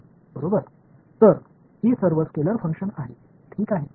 எனவே இவை அனைத்தும் ஸ்கேலார்செயல்பாடுகள்